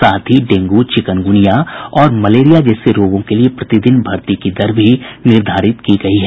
साथ ही dengue chikungunya और मलेरिया जैसे रोगों के लिये प्रतिदिन भर्ती की दर भी निर्धारित की गई है